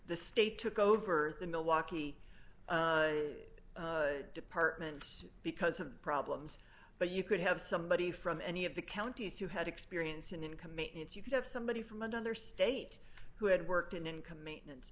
the state took over the milwaukee department because of the problems but you could have somebody from any of the counties who had experience in income maintenance you could have somebody from another state who had worked in income maintenance